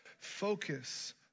Focus